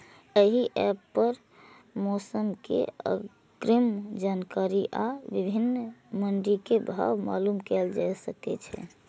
एहि एप पर मौसम के अग्रिम जानकारी आ विभिन्न मंडी के भाव मालूम कैल जा सकै छै